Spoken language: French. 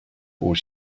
aux